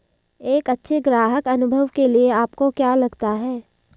एक अच्छे ग्राहक अनुभव के लिए आपको क्या लगता है?